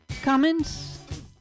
comments